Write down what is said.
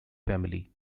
family